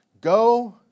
Go